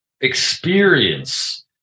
experience